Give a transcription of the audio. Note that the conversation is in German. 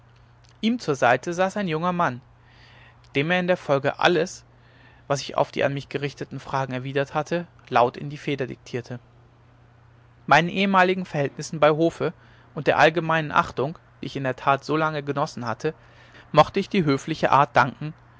ihm zur seite saß ein junger mann dem er in der folge alles was ich auf die an mich gerichtete fragen erwidert hatte laut in die feder diktierte meinen ehemaligen verhältnissen bei hofe und der allgemeinen achtung die ich in der tat so lange genossen hatte mochte ich die höfliche art danken